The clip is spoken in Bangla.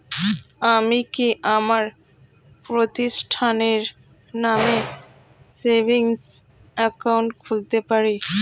আমি কি আমার প্রতিষ্ঠানের নামে সেভিংস একাউন্ট খুলতে পারি?